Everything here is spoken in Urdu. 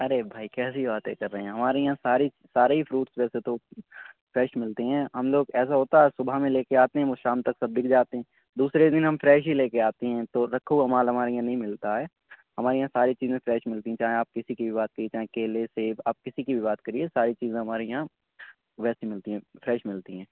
ارے بھائی کیسی باتیں کر رہے ہیں ہمارے یہاں سارے ہی سارے ہی فروٹس ویسے تو فریش ملتے ہیں ہم لوگ ایسا ہوتا ہے صبح میں لے کے آتے ہیں وہ شام تک سب بک جاتے ہیں دوسرے دن ہم فریش ہی لے کے آتے ہیں تو رکھا ہوا مال ہمارے یہاں نہیں ملتا ہے ہمارے یہاں ساری چیزیں فریش ملتی ہیں چاہے آپ کسی کی بھی بات کریں چاہے کیلے سیب آپ کسی کی بھی بات کریے ساری چیزیں ہمارے یہاں ویسی ملتی ہیں فریش ملتی ہیں